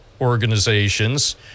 organizations